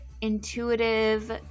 intuitive